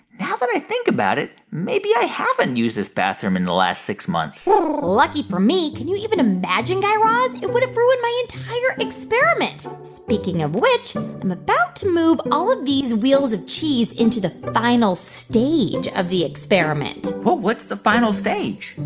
now that i think about it, maybe i haven't used this bathroom in the last six months lucky for me. can you even imagine, guy raz? it would have ruined my entire experiment. speaking of which, i'm about to move all of these wheels of cheese into the final stage of the experiment oh, but what's the final stage?